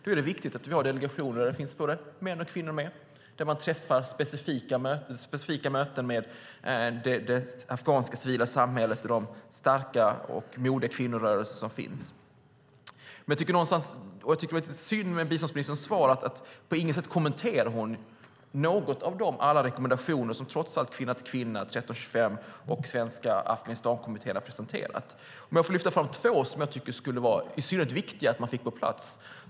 Det är viktigt att vi har delegationer där det finns både män och kvinnor, där man träffas på specifika möten med det afghanska, civila samhället och de starka och modiga kvinnorörelser som finns. Jag tycker det var lite synd i biståndsministerns svar att hon inte på något sätt kommenterade någon av alla de rekommendationer som Kvinna till Kvinna, Operation 1325 och Svenska Afghanistankommittén trots allt har presenterat. Jag vill lyfta fram två som jag tycker det skulle vara synnerligen viktigt att få plats.